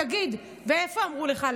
אז בואי, תודה, ונסיים.